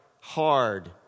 hard